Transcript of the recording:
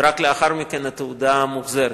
ורק לאחר מכן התעודה מוחזרת.